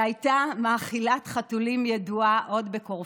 שהייתה מאכילת חתולים ידועה עוד בקורפו.